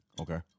Okay